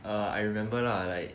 ah I remember lah like